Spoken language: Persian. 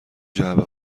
جعبه